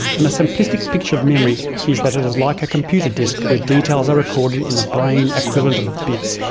and the simplistic picture of memory is that it is like a computer disk, where the details are recorded in the brain equivalent of bits,